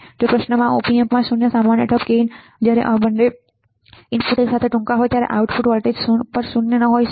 જો પ્રશ્નમાં op amp માં શૂન્ય સામાન્ય ઢબ ગેઇન અનંત CMRR જ્યારે બંને ઇનપુટ એકસાથે ટૂંકા હોય ત્યારે આઉટપુટ વોલ્ટેજ શૂન્ય પર ન હોઈ શકે